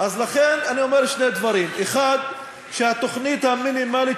לכן אני אומר שני דברים: 1. התוכנית המינימלית